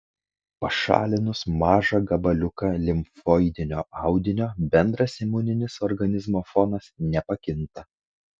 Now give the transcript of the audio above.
pašalinus mažą gabaliuką limfoidinio audinio bendras imuninis organizmo fonas nepakinta